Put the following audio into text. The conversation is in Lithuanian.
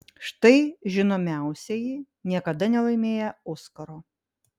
štai žinomiausieji niekada nelaimėję oskaro